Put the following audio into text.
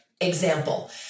Example